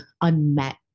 unmet